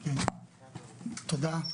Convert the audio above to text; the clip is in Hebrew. תודה.